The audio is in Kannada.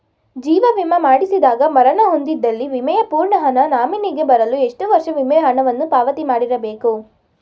ಜೀವ ವಿಮಾ ಮಾಡಿಸಿದಾಗ ಮರಣ ಹೊಂದಿದ್ದಲ್ಲಿ ವಿಮೆಯ ಪೂರ್ಣ ಹಣ ನಾಮಿನಿಗೆ ಬರಲು ಎಷ್ಟು ವರ್ಷ ವಿಮೆ ಹಣವನ್ನು ಪಾವತಿ ಮಾಡಿರಬೇಕು?